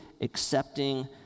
accepting